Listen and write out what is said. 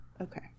okay